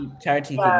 charity